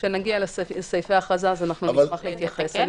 נשמח להתייחס כשנגיע לסעיפי ההכרזה.